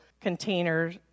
containers